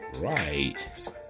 right